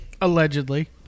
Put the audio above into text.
Allegedly